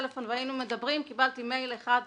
לא התייחסו זה לא משנה לא ממש התייחסו.